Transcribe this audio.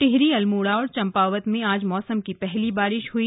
टिहरी अल्मोड़ा और चंपावत में आज मौसम की पहली बारिश हुई